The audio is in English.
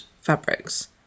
fabrics